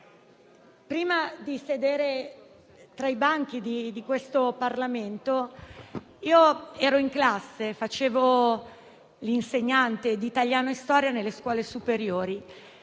prima di sedere tra i banchi di questo Parlamento, stavo in classe, facevo l'insegnante di italiano e storia nelle scuole superiori.